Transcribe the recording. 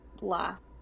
last